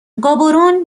گابورون